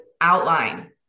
outline